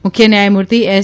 મુખ્ય ન્યાયમૂર્તિ એસ